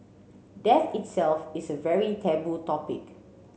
death itself is a very taboo topic